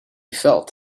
felt